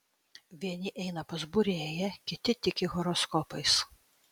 vieni eina pas būrėją kiti tiki horoskopais